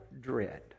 dread